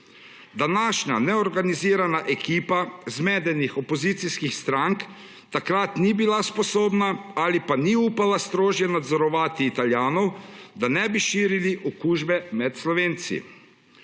Današnja neorganizirana ekipa zmedenih opozicijskih strank takrat ni bila sposobna ali pa ni upala strožje nadzorovati Italijanov, da ne bi širili okužbe med Slovenci.